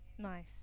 nice